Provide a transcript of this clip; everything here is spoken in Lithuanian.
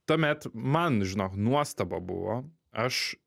tuomet man žinok nuostaba buvo aš